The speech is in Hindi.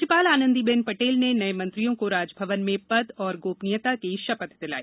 राज्यपाल आनंदीबेन पटेल ने नए मंत्रियों को राजभवन में पद एवं गोपनीयता की शपथ दिलाई